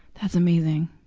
that's amazing.